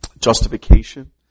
justification